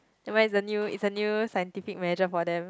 nevermind it's a new it's a new scientific measure for them